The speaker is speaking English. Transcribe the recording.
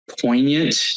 poignant